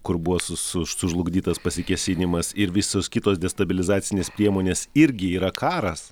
kur buvo su su sužlugdytas pasikėsinimas ir visos kitos destabilizacinės priemonės irgi yra karas